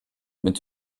mit